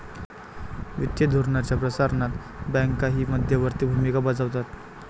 वित्तीय धोरणाच्या प्रसारणात बँकाही मध्यवर्ती भूमिका बजावतात